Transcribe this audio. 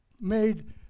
made